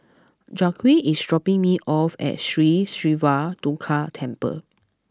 Jacque is dropping me off at Sri Siva Durga Temple